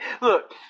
Look